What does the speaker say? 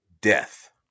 death